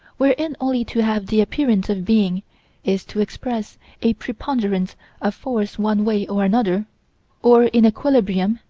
wherein only to have the appearance of being is to express a preponderance of force one way or another or inequilibrium,